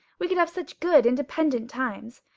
we could have such good, independent times.